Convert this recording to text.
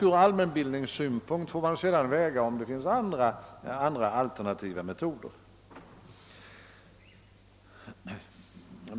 Ur allmänbildningssynpunkt får man sedan avväga om det finns alternativa metoder.